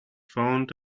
found